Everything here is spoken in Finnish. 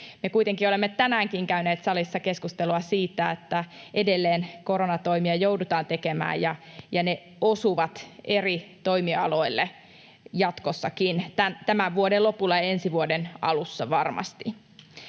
Me kuitenkin olemme tänäänkin käyneet salissa keskustelua siitä, että edelleen koronatoimia joudutaan tekemään, ja ne osuvat eri toimialoille jatkossakin, tämän vuoden lopulla ja ensi vuoden alussa, varmasti.